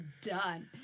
done